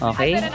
Okay